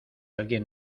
alguien